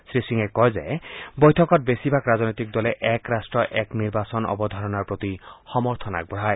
শ্ৰীসিঙে কয় যে বৈঠকত বেছিভাগ ৰাজনৈতিক দলে এক ৰট্ট এক নিৰ্বাচন অৱধাৰণাৰ প্ৰতি সমৰ্থন আগবঢ়ায়